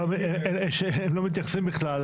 מאיפה שהתכנית הולכת להיות מיושמת.